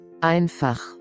Einfach